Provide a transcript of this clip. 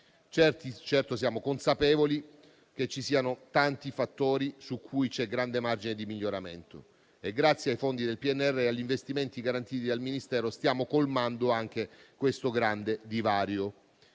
Certo, siamo consapevoli che ci siano tanti i fattori su cui c'è un grande margine di miglioramento e grazie ai fondi del PNRR e agli investimenti garantiti dal Ministero stiamo colmando anche questo grande divario.